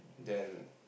then